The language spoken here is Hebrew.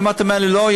אם אתה אומר לי לא,